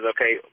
Okay